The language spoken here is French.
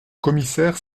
commissaire